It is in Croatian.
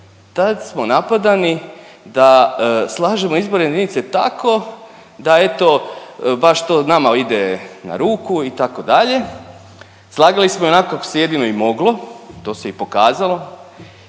tada smo napadani da slažemo izborne jedinice tako da eto baš to nama ide na ruku itd., slagali smo ih onako kako se jedino i moglo to se i pokazalo.